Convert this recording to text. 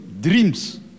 dreams